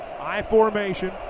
I-formation